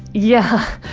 yeah.